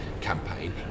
campaign